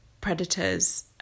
predators